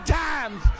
times